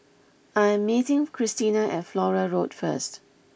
I am meeting Christina at Flora Road first